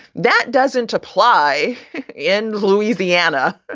that doesn't apply in louisiana.